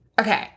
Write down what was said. Okay